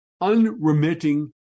Unremitting